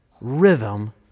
rhythm